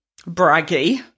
Braggy